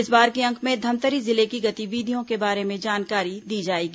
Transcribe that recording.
इस बार के अंक में धमतरी जिले की गतिविधियों के बारे में जानकारी दी जाएगी